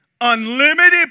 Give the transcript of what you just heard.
unlimited